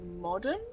modern